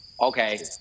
okay